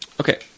Okay